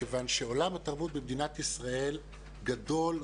מכיוון שעולם התרבות במדינת ישראל גדול,